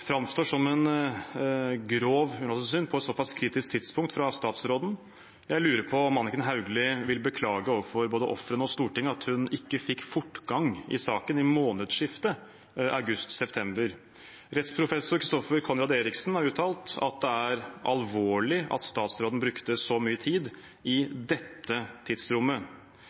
framstår som en grov unnlatelsessynd, på et såpass kritisk tidspunkt, fra statsråden. Jeg lurer på om Anniken Hauglie vil beklage overfor både ofrene og Stortinget at hun ikke fikk fortgang i saken i månedsskiftet august/september. Rettsprofessor Christoffer Conrad Eriksen har uttalt at det er alvorlig at statsråden brukte så mye tid i dette tidsrommet.